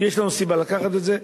יש לנו סיבה לקחת את זה.